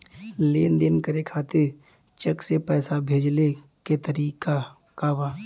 लेन देन करे खातिर चेंक से पैसा भेजेले क तरीकाका बा?